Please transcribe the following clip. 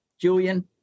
Julian